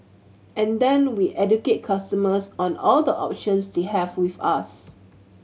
and then we educate customers on all the options they have with us